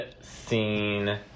scene